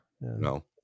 No